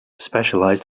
specialized